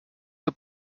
zur